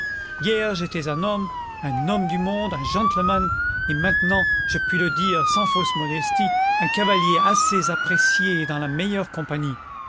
j'étais un homme un homme du monde un gentleman et même je puis le dire sans fausse modestie un cavalier assez apprécié dans la meilleure compagnie